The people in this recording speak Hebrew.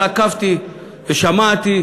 אבל עקבתי ושמעתי.